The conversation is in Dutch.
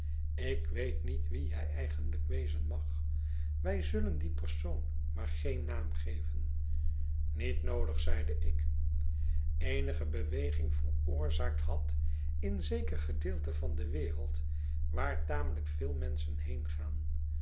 ik weet niet wie hij eigenlijk wezen mag wij zullen dien persoon maar geen naam geven niet noodig zeide ik eenige beweging veroorzaakt had in zeker gedeelte van de wereld waar tameltjk veel menschen